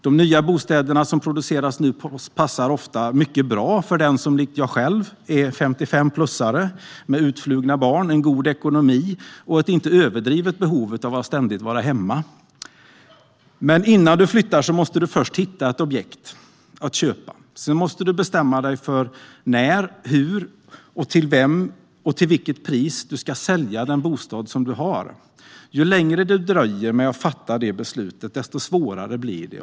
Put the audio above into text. De nya bostäder som produceras passar ofta mycket bra för den som likt jag själv är 55-plussare med utflugna barn, en god ekonomi och ett inte överdrivet behov av att ständigt vara hemma. Men innan man flyttar måste man hitta ett objekt att köpa. Sedan måste man bestämma sig för när, hur, till vem och till vilket pris man ska sälja den bostad man har. Ju längre man dröjer med att fatta detta beslut, desto svårare är det.